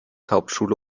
hauptschule